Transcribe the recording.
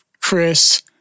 Chris